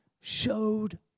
showed